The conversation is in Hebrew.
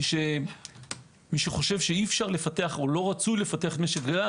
מי שחושב שאי אפשר לפתח או לא רצוי לפתח משק גז,